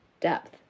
depth